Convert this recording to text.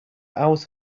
hours